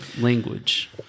language